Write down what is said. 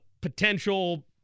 potential